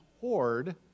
hoard